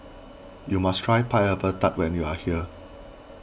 you must try Pineapple Tart when you are here